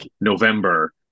November